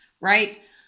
right